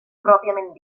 pròpiament